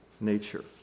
nature